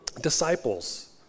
Disciples